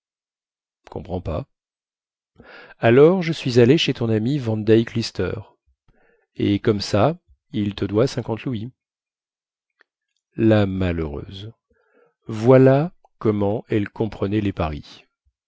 comprends pas alors je suis allée chez ton ami van deyck lister et comme ça il te doit cinquante louis la malheureuse voilà comment elle comprenait les paris